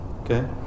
Okay